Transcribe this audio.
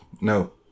No